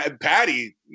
Patty